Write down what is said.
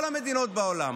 כל המדינות בעולם.